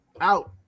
Out